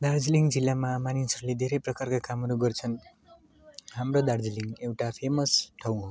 दार्जिलिङ जिल्लामा मानिसहरूले धेरै प्रकारका कामहरू गर्छन् हाम्रो दार्जिलिङ एउटा फेमस ठाउँ हो